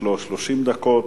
יש לו 30 דקות.